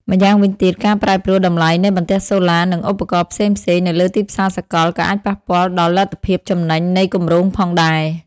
ម្យ៉ាងវិញទៀត ការប្រែប្រួលតម្លៃនៃបន្ទះសូឡា និងឧបករណ៍ផ្សេងៗនៅលើទីផ្សារសកល ក៏អាចប៉ះពាល់ដល់លទ្ធភាពចំណេញនៃគម្រោងផងដែរ។